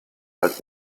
alt